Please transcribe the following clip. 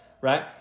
right